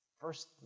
first